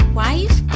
wife